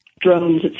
drones